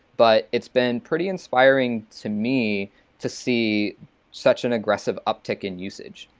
but it's been pretty inspiring to me to see such an aggressive uptick in usage.